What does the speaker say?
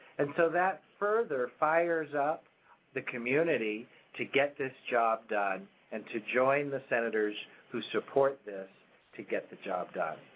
and so that further fires up the community to get this job done and to join the senators who support this to get the job done.